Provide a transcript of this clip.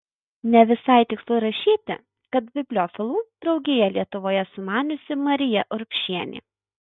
ne visai tikslu rašyti kad bibliofilų draugiją lietuvoje sumaniusi marija urbšienė